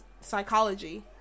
psychology